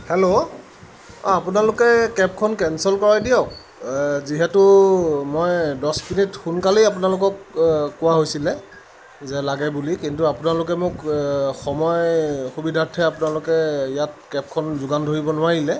hello অঁ আপোনালোকে কেবখন কেঞ্চেল কৰাই দিয়ক যিহেতু মই দহ মিনিট সোনকালেই আপোনালোকক কোৱা হৈছিলে যে লাগে বুলি কিন্তু আপোনালোকে মোক সময় সুবিধাৰ্থে আপোনালোকে ইয়াত কেবখন যোগান ধৰিব নোৱাৰিলে